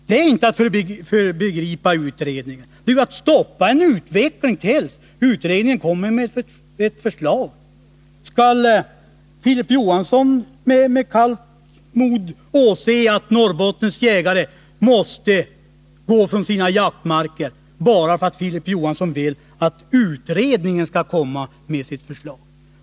Det är inte fråga om att föregripa en utredning — det gäller att stoppa en utveckling tills utredningen framlägger ett förslag. Kan Filip Johansson med kallt mod åse att Norrbottens jägare måste gå från sina jaktmarker bara för att vi skall avvakta utredningens förslag?